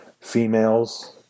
females